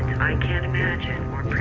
can't imagine